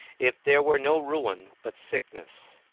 if there were no ruin but sickness,